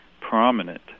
prominent